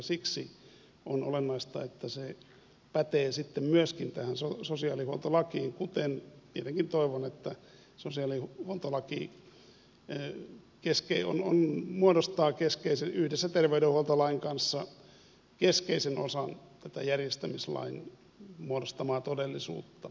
siksi on olennaista että se pätee sitten myöskin tähän sosiaalihuoltolakiin kuten tietenkin toivon että sosiaalihuoltolaki muodostaa yhdessä terveydenhuoltolain kanssa keskeisen osan tätä järjestämislain muodostamaa todellisuutta